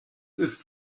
ist